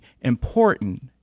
important